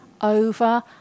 over